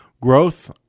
growth